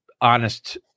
honest